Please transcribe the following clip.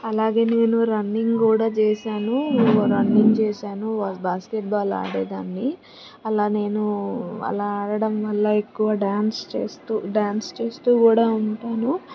అలాగే నేను రన్నింగ్ కూడా చేశాను రన్నింగ్ చేశాను బాస్ బాస్కెట్బాల్ ఆడేదాన్ని అలా నేను అలా ఆడడం వల్ల ఎక్కువ డ్యాన్స్ చేస్తూ డ్యాన్స్ చేస్తూ కూడా ఉంటాను